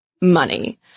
money